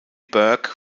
burke